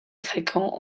fréquent